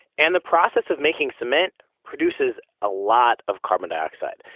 and the process of making cement produces a lot of carbon dioxide.